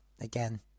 again